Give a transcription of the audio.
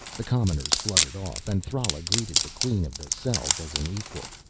the commoners fluttered off and thrala greeted the queen of the cells as an equal.